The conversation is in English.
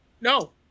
no